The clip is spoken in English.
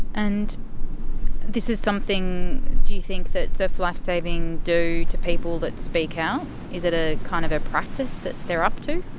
and this is something do you think that surf lifesaving do to people that speak how is it a kind of a practice that they're up to?